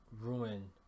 ruin